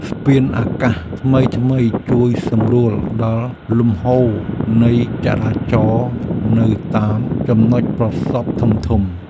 ស្ពានអាកាសថ្មីៗជួយសម្រួលដល់លំហូរនៃចរាចរណ៍នៅតាមចំណុចប្រសព្វធំៗ។